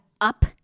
up